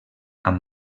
amb